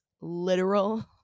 literal